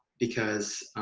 because